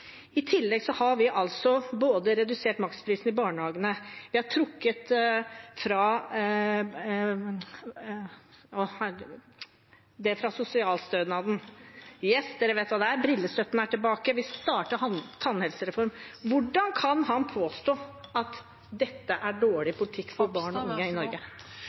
I tillegg har vi redusert maksprisen i barnehagene. Vi har trukket det fra sosialstønaden. Yes, dere vet hva det er. Brillestøtten er tilbake. Vi starter en tannhelsereform. Hvordan kan han påstå at dette er dårlig politikk for barn og unge i Norge?